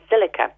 silica